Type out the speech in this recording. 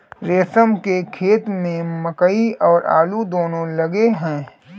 रोशन के खेत में मकई और आलू दोनो लगे हैं